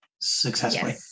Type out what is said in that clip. successfully